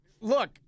Look